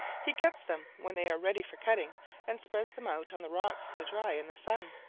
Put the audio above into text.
he cuts them when they are ready for cutting and spreads them out on the rocks to dry in the sun.